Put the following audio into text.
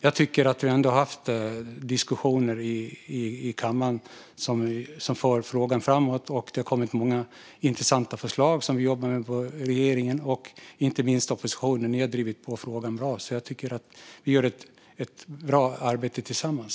Jag tycker ändå att vi har haft diskussioner i kammaren som för frågan framåt, och det har kommit många intressanta förslag som vi jobbar med i regeringen. Inte minst har ni i oppositionen drivit på frågan bra, så jag tycker att vi gör ett bra arbete tillsammans.